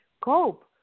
cope